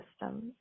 systems